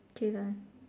okay lah